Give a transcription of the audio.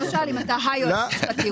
הוא לא שאל אם אתה היועץ המשפטי,